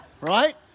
Right